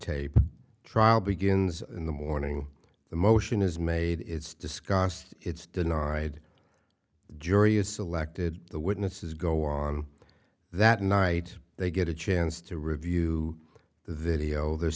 tape trial begins in the morning the motion is made it's discussed it's denied the jury is selected the witnesses go on that night they get a chance to review the video there's